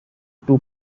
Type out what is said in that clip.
two